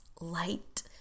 light